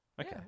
Okay